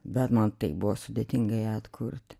bet man taip buvo sudėtinga ją atkurt